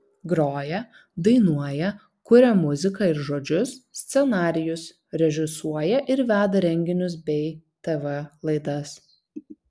groja dainuoja kuria muziką ir žodžius scenarijus režisuoja ir veda renginius bei tv laidas